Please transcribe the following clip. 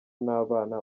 n’abana